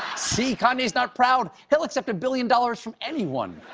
see? kanye's not proud. he'll accept a billion dollars from anyone.